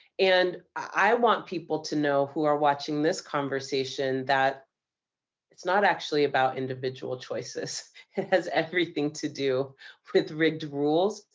and i want people to know, who are watching this conversation, that it's not actually about individual choices. it has everything to do with rigged rules,